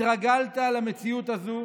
התרגלת למציאות הזו